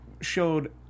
showed